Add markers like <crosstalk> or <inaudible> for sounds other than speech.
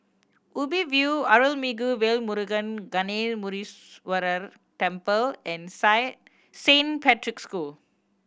Ubi View Arulmigu Velmurugan Gnanamuneeswarar Temple and <unintelligible> Saint Patrick's School